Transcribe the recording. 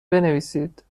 بنویسید